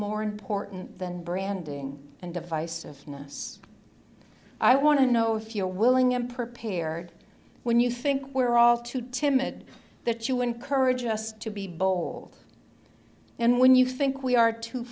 more important than branding and divisiveness i want to know if you're willing and prepared when you think we're all too timid that you encourage us to be bold and when you think we are to